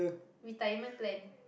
retirement plan